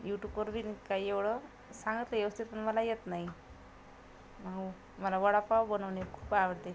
यूटूकवर वीन काही येवढं सांगितले व्यवस्थित मला येत नाही माऊ मला वडापाव बनवणे खूप आवडते